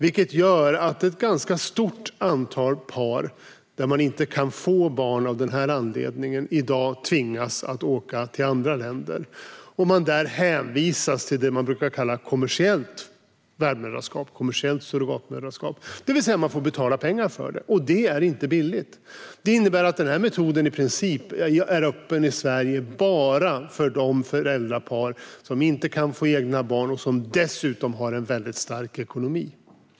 Det gör att ett ganska stort antal par som inte kan få barn av den här anledningen i dag tvingas att åka till andra länder. Där hänvisas de till vad man brukar kalla kommersiellt värdmoderskap eller kommersiellt surrogatmoderskap, det vill säga man får betala pengar för det, och det är inte billigt. Det innebär att den här metoden i Sverige i princip är öppen bara för de föräldrapar som inte kan få egna barn och som dessutom har en väldigt stark ekonomi.